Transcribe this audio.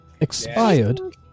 expired